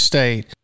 State